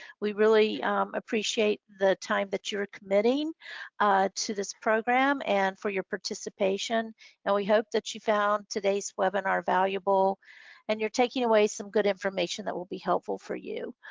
we really appreciate the time that you're committing to this program and for your participation and we hope that you found today's webinar valuable and you're taking away some good information that will be helpful for you.